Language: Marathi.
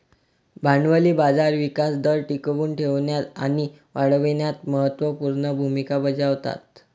भांडवली बाजार विकास दर टिकवून ठेवण्यात आणि वाढविण्यात महत्त्व पूर्ण भूमिका बजावतात